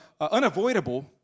unavoidable